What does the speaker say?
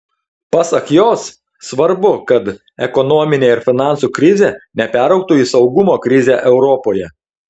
pasak jos svarbu kad ekonominė ir finansų krizė neperaugtų į saugumo krizę europoje